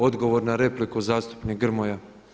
Odgovor na repliku zastupnik Grmoja.